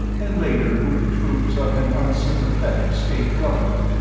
and later with the troops of an unsympathetic state government.